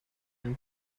den